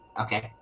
okay